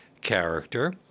character